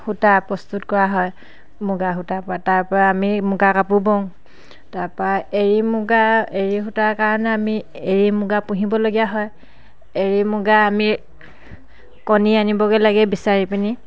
সূতা প্ৰস্তুত কৰা হয় মুগা সূতাৰ পৰা তাৰ পৰা আমি মুগা কাপোৰ বওঁ তাপৰা এৰী মুগা এৰী সূতাৰ কাৰণে আমি এৰী মুগা পুহিবলগীয়া হয় এৰী মুগা আমি কণী আনিবগৈ লাগে বিচাৰি পিনি